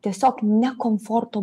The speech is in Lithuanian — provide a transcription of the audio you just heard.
tiesiog ne komforto